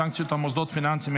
סנקציות על מוסדות פיננסיים),